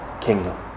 Kingdom